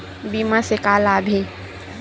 बीमा से का लाभ हे?